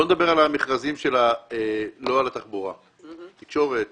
בוא נדבר על המכרזים, לא על התחבורה אלא תקשורת